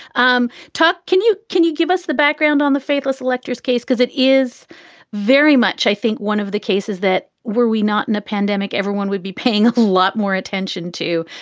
um talk. can you. can you give us the background on the faithless electors case? because it is very much, i think one of the cases that were we not in a pandemic, everyone would be paying a lot more attention to.